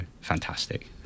fantastic